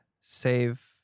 save